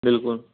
بِلکُل